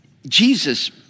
Jesus